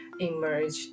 emerge